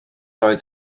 oedd